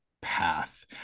path